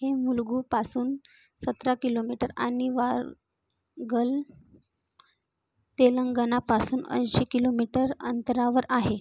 हे मुलुगुपासून सतरा किलोमीटर आणि वारंगल तेलंगणापासून ऐंशी किलोमीटर अंतरावर आहे